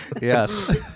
Yes